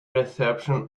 reception